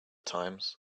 times